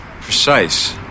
precise